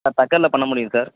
sir தட்கல்லில் பண்ண முடியும் சார்